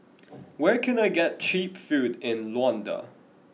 where can I get cheap food in Luanda